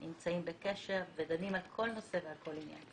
נמצאים בקשר ודנים על כל נושא ועל כל עניין.